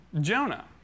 Jonah